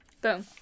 Boom